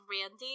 Randy